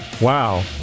Wow